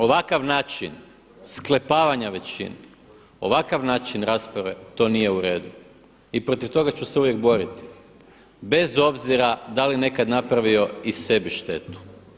Ovakav način sklepavanja većine, ovakav način rasprave to nije uredu i protiv toga ću se uvijek boriti, bez obzira da li nekad napravio i sebi štetu.